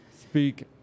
Speak